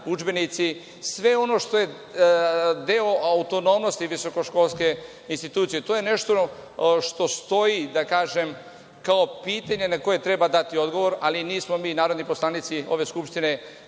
udžbenici, sve ono što je deo autonomnosti visokoškolske institucije. To je nešto što stoji, da kažem, kao pitanje na koje treba dati odgovor ali nismo mi narodni poslanici ove Skupštine